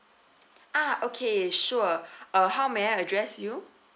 ah okay sure uh how may I address you